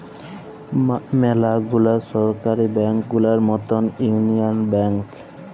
ম্যালা গুলা সরকারি ব্যাংক গুলার মতল ইউলিয়াল ব্যাংক